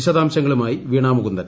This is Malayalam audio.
വിശദാംശങ്ങളുമായി വീണാ മുകുന്ദൻ